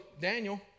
Daniel